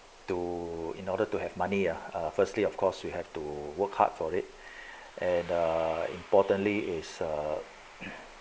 to in order to have money ah firstly of course you have to work hard for it and uh importantly is err